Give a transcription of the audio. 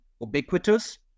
ubiquitous